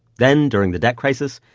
then, during the debt crisis,